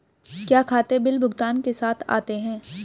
क्या खाते बिल भुगतान के साथ आते हैं?